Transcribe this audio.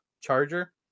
charger